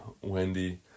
Wendy